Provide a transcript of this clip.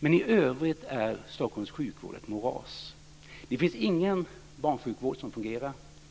I övrigt är Stockholms sjukvård ett moras. Det finns ingen barnsjukvård som fungerar.